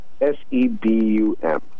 S-E-B-U-M